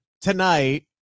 tonight